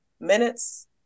Minutes